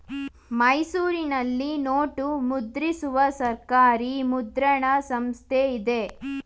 ಮೈಸೂರಿನಲ್ಲಿ ನೋಟು ಮುದ್ರಿಸುವ ಸರ್ಕಾರಿ ಮುದ್ರಣ ಸಂಸ್ಥೆ ಇದೆ